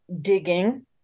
digging